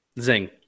Zing